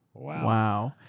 wow.